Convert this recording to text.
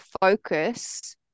focus